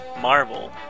Marvel